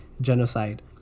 genocide